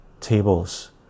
Tables